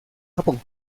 japón